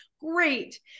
great